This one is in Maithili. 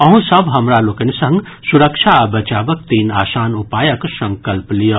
अहूँ सभ हमरा लोकनि संग सुरक्षा आ बचावक तीन आसान उपायक संकल्प लियऽ